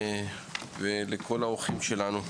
ולכל האורחים שלנו.